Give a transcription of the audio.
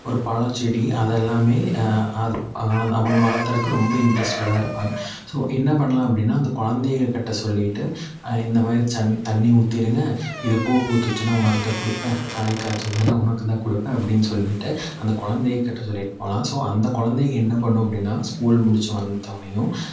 ஒரு பழச்செடி அதெல்லாம் அது அவங்க அந்த அவங்க வளர்த்தர்றக்கு ரொம்ப இண்ட்ரெஸ்டடாக இருப்பாங்க ஸோ என்ன பண்ணலாம் அப்படின்னா அந்த குழந்தைங்ககிட்ட சொல்லிட்டு இந்த மாதிரி சன் தண்ணி ஊற்றிருங்க இது பூ பூத்துச்சுனா உனக்கு தான் கொடுப்பேன் காய் காய்ச்சுதுன்னா உனக்கு தான் கொடுப்பேன் அப்படின்னு சொல்லிட்டு அந்த குழந்தைங்ககிட்ட சொல்லிட்டு போகலாம் ஸோ அந்த குழந்தைங்க என்ன பண்ணும் அப்படின்னா ஸ்கூல் முடிச்சு வந்தவொடன்னையும்